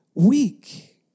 weak